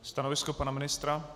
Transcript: Stanovisko pana ministra?